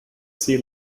see